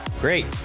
Great